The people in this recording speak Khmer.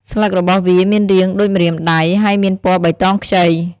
ស្លឹករបស់វាមានរាងដូចម្រាមដៃ ហើយមានពណ៌បៃតងខ្ចី។